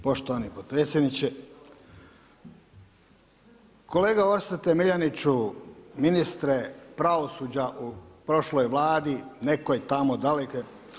Poštovani potpredsjedniče, kolega Orsate Miljeniću ministre pravosuđa u prošloj Vladi nekoj tamo dalekoj.